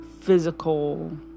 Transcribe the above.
physical